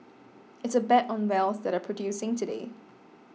it's a bet on wells that are producing today